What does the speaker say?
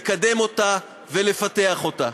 לקדם אותה ולפתח אותה.